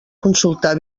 consultar